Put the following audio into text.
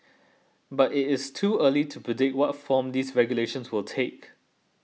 but it is too early to predict what form these regulations will take